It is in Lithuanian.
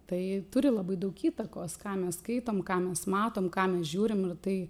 tai turi labai daug įtakos ką mes skaitom ką mes matom ką mes žiūrim ir tai